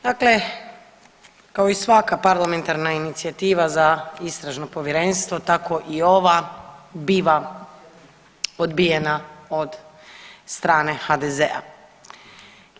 Dakle, kao i svaka parlamentarna inicijativa za istražno povjerenstvo tako i ova biva odbijena od strane HDZ-a.